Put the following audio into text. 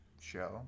show